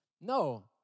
No